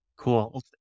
Cool